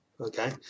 Okay